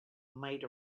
might